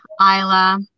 Isla